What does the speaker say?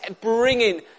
bringing